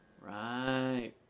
Right